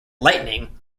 lightning